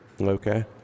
Okay